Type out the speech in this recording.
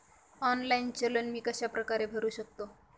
Online चलन मी कशाप्रकारे भरु शकतो?